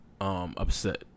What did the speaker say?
upset